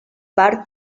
part